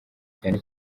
cyane